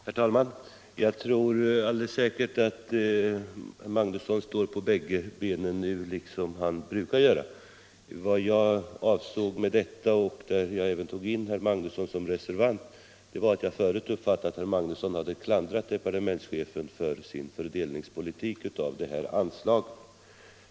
Herr talman! Jag tror alldeles säkert att herr Magnusson i Kristinehamn står på bägge benen nu, liksom han brukar göra. Anledningen till att jag förvånade mig över att herr Magnusson i detta fall tillhör reservanterna var att jag uppfattat det så att han förut klandrat departementschefen för dennes fördelning av detta anslag.